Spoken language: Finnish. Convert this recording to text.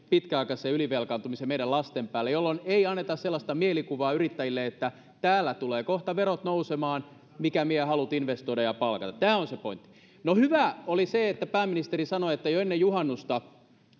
pitkäaikaisessa ylivelkaantumisessa meidän lasten päälle jolloin ei anneta sellaista mielikuvaa yrittäjille että täällä tulevat kohta verot nousemaan mikä vie halut investoida ja palkata tämä on se pointti no hyvää oli se että pääministeri sanoi että jo ennen juhannusta